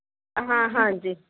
ਹਾਂ ਹਾਂਜੀ